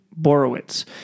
Borowitz